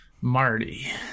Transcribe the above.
Marty